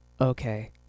okay